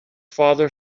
father